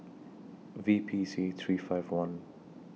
V P C three five one